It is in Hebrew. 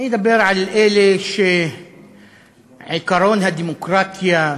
אני אדבר על אלה שעקרון הדמוקרטיה,